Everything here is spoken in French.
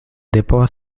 dépose